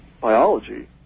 biology